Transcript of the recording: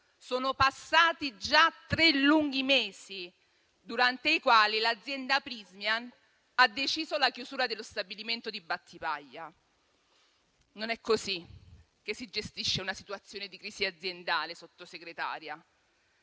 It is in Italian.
sono passati già tre lunghi mesi, durante i quali l'azienda Prysmian ha deciso la chiusura dello stabilimento di Battipaglia. Non è così che si gestisce una situazione di crisi aziendale, Sottosegretaria.